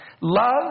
love